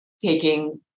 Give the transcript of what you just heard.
taking